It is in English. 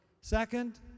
Second